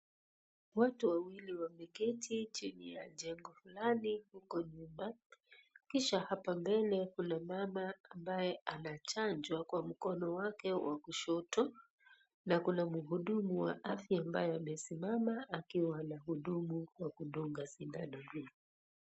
Watu wawili wameketi chini ya jengo fulani huko nyuma kisha hapa mbele kuna mama ambaye anachanjwa kwa mkono wake wa kushoto na kuna mhudumu wa afya ambaye amesimama akiwa ana hudumu kwa kudunga sindano hii.